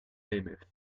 l’amf